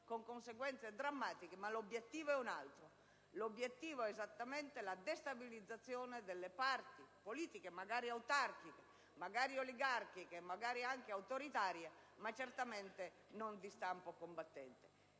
con conseguenze drammatiche; ma l'obiettivo è un altro. L'obiettivo è esattamente la destabilizzazione delle parti politiche, magari autarchiche, oligarghiche o anche autoritarie, ma certamente non di stampo combattente.